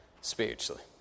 spiritually